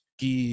que